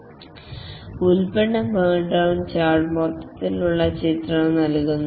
product burndown chart മൊത്തത്തിലുള്ള ചിത്രം നൽകുന്നു